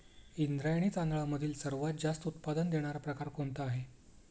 इंद्रायणी तांदळामधील सर्वात जास्त उत्पादन देणारा प्रकार कोणता आहे?